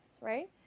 right